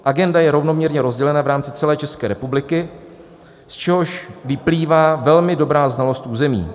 Agenda je rovnoměrně rozdělena v rámci celé České republiky, z čehož vyplývá velmi dobrá znalost území.